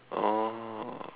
oh